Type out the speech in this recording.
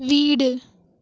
வீடு